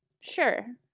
sure